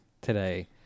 today